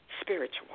spiritual